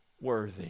worthy